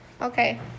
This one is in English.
Okay